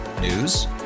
News